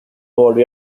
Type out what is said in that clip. volvió